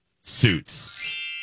Suits